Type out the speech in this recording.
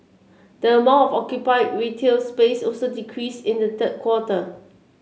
the amount of occupied retail space also decreased in the third quarter